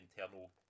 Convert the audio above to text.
internal